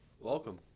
welcome